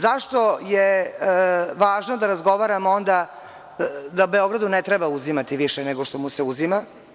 Zašto je važno da razgovaramo onda da Beogradu ne treba uzimati više nego što mu se uzima?